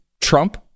Trump